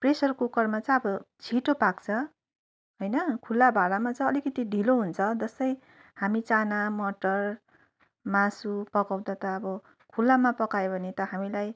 pressure कुकरमा चाहिँ अब छिटो पाक्छ होइन खुल्ला भाँडामा चाहिँ अलिकति ढिलो हुन्छ जस्तै हामी चाना मटर मासु पकाउँदा त अब खुल्लामा पकायो भने त हामीलाई